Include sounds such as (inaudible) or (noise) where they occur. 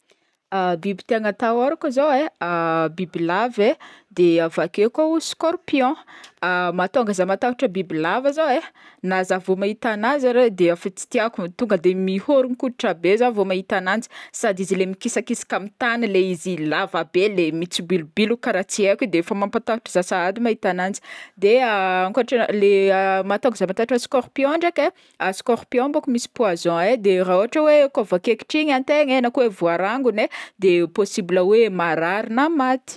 (hesitation) Biby tegna atahôrako zao e, bibilava e, de (hesitation) avake koa scorpion, (hesitation) mahatonga zaho matahotro bibilava zao e, na za vao mahita agnazy de efa tsy tiako, tonga de mihoron-koditra be zaho vao mahita agnanjy sady izy le mikisakisaky amy tany le izy lava be le mitsibilobiloky karaha tsy aiko igny, de fa mampatahotro zaho sahady mahita agnanjy, de (hesitation) ankotra- ny manatonga zaho matahotry scorpion ndraiky e, a scorpion manko, misy poison ay de raha ôhatra hoe kô voakaikitr'igny antegna na koa voarangony e de possible hoe marary na maty.